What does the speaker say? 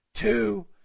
two